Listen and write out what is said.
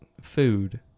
food